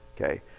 Okay